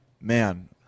man